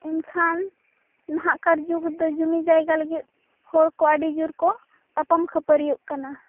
ᱮᱱᱠᱷᱟᱱ ᱱᱟᱦᱟᱜᱠᱟᱨ ᱡᱩᱜᱽᱨᱮᱫᱚ ᱡᱩᱢᱤᱼᱡᱟᱭᱜᱟ ᱞᱟᱹᱜᱤᱫ ᱦᱚᱲᱠᱚ ᱟᱹᱰᱤ ᱡᱳᱨᱠᱚ ᱛᱟᱯᱟᱢ ᱠᱷᱟᱹᱯᱟᱹᱨᱤᱭᱚᱜ ᱠᱟᱱᱟ